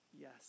Yes